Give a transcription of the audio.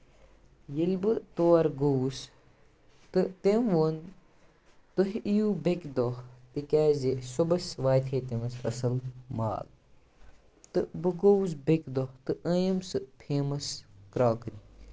ییٚلہِ بہٕ تور گوٚوُس تہٕ تٔمۍ ووٚن تُہۍ یِیو بیٚیہِ کہِ دۄہ تِکیٛازِ صبُحس واتہِ ہے تٔمِس فَصل ماگ تہٕ بہٕ گوٚوُس بیٚیہِ دۄہ تہٕ أنِم سُہ فیمَس کرٛاکرِی